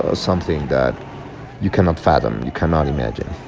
ah something that you cannot fathom, you cannot imagine.